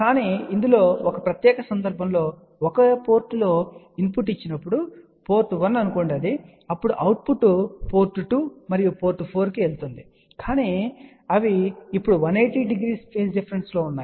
కానీ ఇందులో ఒక ప్రత్యేక సందర్భంలో మీరు ఒక పోర్టులో ఇన్పుట్ ఇచ్చినప్పుడు అది పోర్ట్ 1 అనుకోండి అప్పుడు అవుట్పుట్ పోర్ట్ 2 మరియు పోర్ట్ 4 కి వెళ్తుంది కానీ అవి ఇప్పుడు 180 డిగ్రీల ఫేజ్ డిఫరెన్స్ లో ఉన్నాయి